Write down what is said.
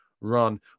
run